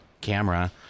camera